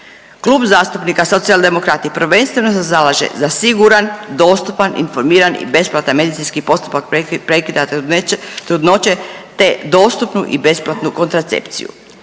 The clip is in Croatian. Klub zastupnika Socijaldemokrati prvenstveno se zalaže za siguran, dostupan, informiran i besplatan medicinski postupak prekida trudnoće te dostupnu i besplatnu kontracepciju.